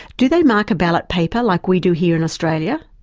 do they mark a ballot paper like we do here in australia?